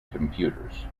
computers